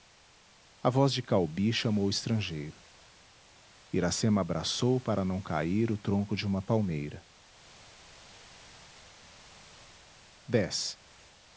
a voz de caubi chamou o estrangeiro iracema abraçou para não cair o tronco de uma palmeira